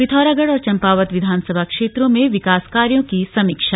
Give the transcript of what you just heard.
पिथौरागढ़ और चम्पावत विधानसभा क्षेत्रों में विकास कार्यो की समीक्षा